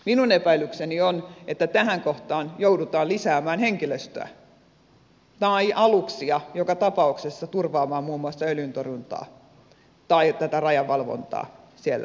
minun epäilykseni on että tähän kohtaan joudutaan lisäämään henkilöstöä tai aluksia joka tapauksessa turvaamaan muun muassa öljyntorjuntaa tai tätä rajanvalvontaa siellä alueella